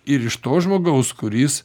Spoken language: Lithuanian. ir iš to žmogaus kuris